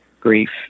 Grief